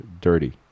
dirty